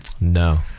no